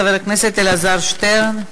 חבר הכנסת אלעזר שטרן.